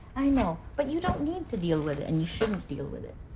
i know, but you don't need to deal with it. and you shouldn't deal with it.